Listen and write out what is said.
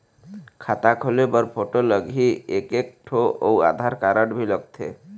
खाता खोले बर फोटो लगही एक एक ठो अउ आधार कारड भी लगथे?